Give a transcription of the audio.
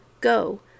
Go